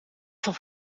van